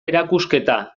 erakusketa